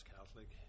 Catholic